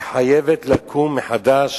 חייבים לבוא מחדש